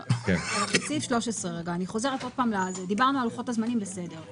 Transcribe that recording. בסעיף 13. דיברנו על לוחות הזמנים בסדר.